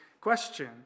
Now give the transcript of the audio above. question